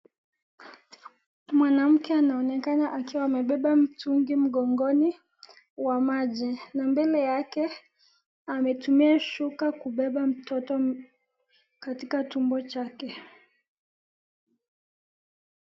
Mwanamke anaonekana akiwa amebeba mtumgi mgongoni wa maji. Na mbele yake ametumia shuka kubeba mtoto katika tumbo chake.